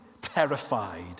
terrified